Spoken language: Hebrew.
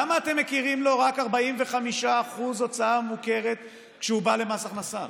למה אתם מכירים לו רק ב-45% כהוצאה מוכרת כשהוא בא למס הכנסה?